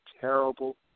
terrible